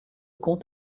comte